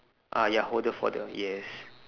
uh ya holder for the yes